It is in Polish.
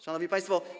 Szanowni Państwo!